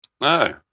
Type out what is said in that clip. No